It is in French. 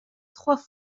trois